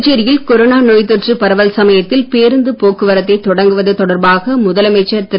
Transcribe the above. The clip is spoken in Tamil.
புதுச்சேரியில் கொரோனா நோய்த் தொற்று பரவல் சமயத்தில் பேருந்து போக்குவரத்தை தொடங்குவது தொடர்பாக முதலமைச்சர் திரு